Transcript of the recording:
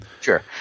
Sure